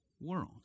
world